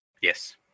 Yes